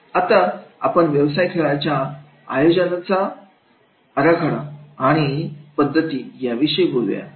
आता आपण व्यवसाय खेळाच्या आयोजनाचा आराखडा आणि पद्धती याविषयी बोलूया